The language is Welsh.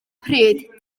pryd